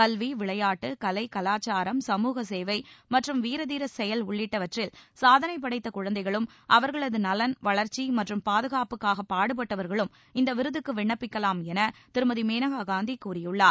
கல்வி விளையாட்டு கலை கலாச்சாரம் சமூக சேவை மற்றும் வீரதீரச் செயல் உள்ளிட்டவற்றில் சாதனை படைத்த குழந்தைகளும் அவர்களது நலன் வளர்ச்சி மற்றும் பாதுகாப்புக்காக பாடுபடுபவர்களும் இந்த விருதுக்கு விண்ணப்பிக்கலாம் என திருமதி மேனகா காந்தி கூறியுள்ளார்